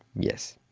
yes,